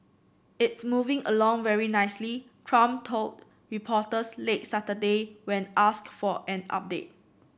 it's moving along very nicely trump told reporters late Saturday when asked for an update